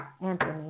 Anthony